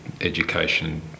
education